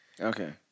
Okay